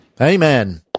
amen